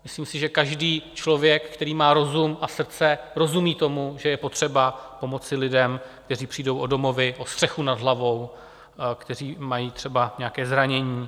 Myslím si, že každý člověk, který má rozum a srdce, rozumí tomu, že je potřeba pomoci lidem, kteří přijdou o domovy, o střechu nad hlavou, kteří mají třeba nějaké zranění.